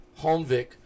Holmvik